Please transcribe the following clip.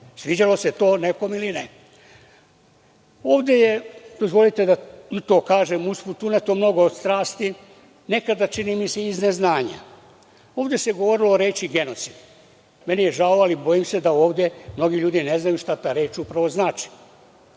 sviđalo se to nekom ili ne. Ovde je, dozvolite da kažem usput, uneto mnogo od strasti, nekada, čini mi se, iz neznanja. Ovde se govorilo o reči – genocid. Meni je žao ali bojim se da ovde mnogi ljudi ne znaju šta ta reč upravo znači.